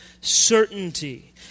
certainty